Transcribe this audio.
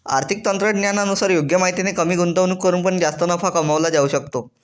आर्थिक तज्ञांनुसार योग्य माहितीने कमी गुंतवणूक करून पण जास्त नफा कमवला जाऊ शकतो